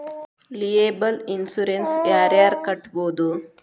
liable insurance ಯಾರ್ ಯಾರ್ ಕಟ್ಬೊದು